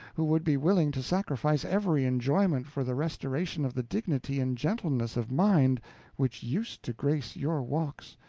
who would be willing to sacrifice every enjoyment for the restoration of the dignity and gentleness of mind which used to grace your walks,